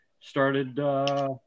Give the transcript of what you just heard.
started